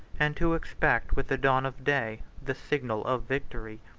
and to expect with the dawn of day the signal of victory.